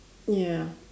ya